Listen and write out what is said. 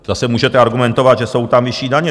Zase můžete argumentovat, že jsou tam vyšší daně.